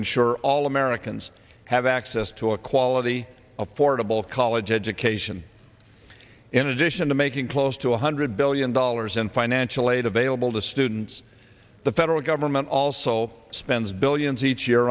ensure all americans have access to a quality affordable college education in addition to making close to one hundred billion dollars in financial aid available to students the federal government also spends billions each year